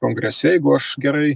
kongrese jeigu aš gerai